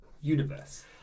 universe